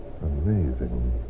Amazing